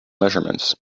measurements